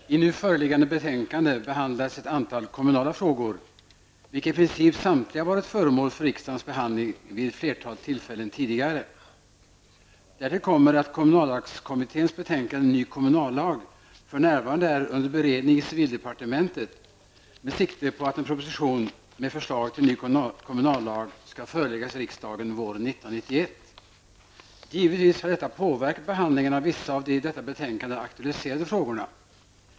Fru talman! I nu föreliggande betänkande behandlas ett antal kommunala frågor, vilka i princip samtliga har varit föremål för riksdagens behandling vid ett flertal tillfällen tidigare. Därtill kommer att kommunallagskommitténs betänkande Ny kommunallag för närvarande är under beredning i civildepartementet med sikte på att en proposition med förslag till ny kommunallag skall föreläggas riksdagen våren 1991. Givetvis har detta påverkat behandlingen av vissa av de i detta betänkande aktualiserade frågorna.